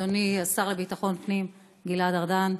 אדוני השר לביטחון פנים גלעד ארדן,